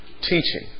teaching